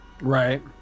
Right